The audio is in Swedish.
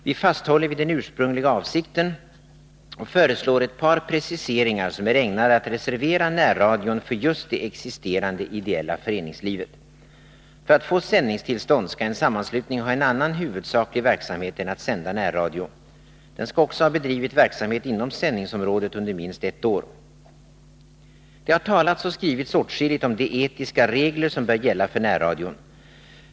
Vi fasthåller vid den ursprungliga avsikten och föreslår ett par preciseringar som är ägnade att reservera närradion för just det existerande ideella föreningslivet. För att få sändningstillstånd skall en sammanslutning ha en annan huvudsaklig verksamhet än att sända närradio. Den skall också ha bedrivit verksamhet inom sändningsområdet under minst ett år. Det har talats och skrivits åtskilligt om de etiska regler som bör gälla för närradion.